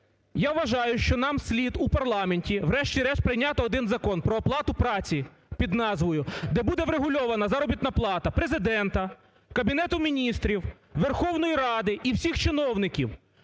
Я вважаю, що нам слід у парламенті врешті-решт прийняти один Закон про оплату праці під назвою, де буде врегульована заробітна плата Президента, Кабінету Міністрів, Верховної Ради і всіх чиновників